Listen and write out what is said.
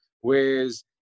Whereas